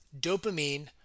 dopamine